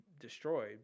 destroyed